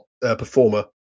performer